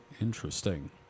Interesting